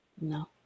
No